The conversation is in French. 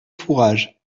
fourage